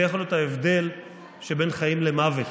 זה יכול להיות ההבדל שבין חיים למוות.